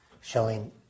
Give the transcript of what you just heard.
showing